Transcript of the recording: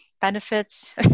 benefits